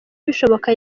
bishoboka